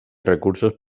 recursos